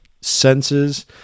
senses